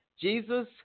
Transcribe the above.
Jesus